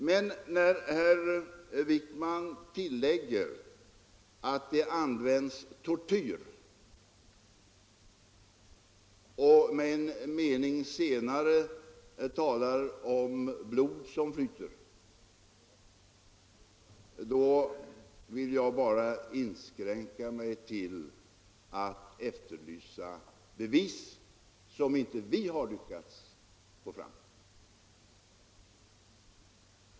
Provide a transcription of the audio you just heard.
Men herr Wijkman tillägger att länderna också har gemensamt att där används tortyr, och han talar senare om blod som flyter. Då vill jag bara inskränka mig till att efterlysa bevis för att det bedrivs tortyr i Ungern. Vi har inte lyckats få fram sådana.